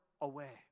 away